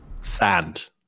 sand